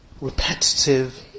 repetitive